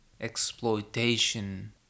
exploitation